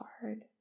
hard